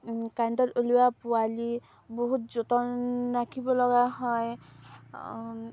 কাৰেণ্টত উলিওৱা পোৱালি বহুত যতন ৰাখিব লগা হয়